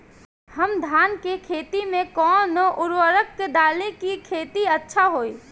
हम धान के खेत में कवन उर्वरक डाली कि खेती अच्छा होई?